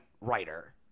writer